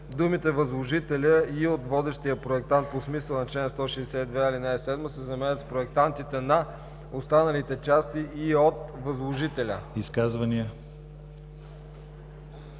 думите „възложителя и от водещия проектант по смисъла на чл. 162, ал. 7“ се заменят с „проектантите на останалите части и от възложителя“.“